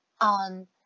on